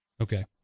Okay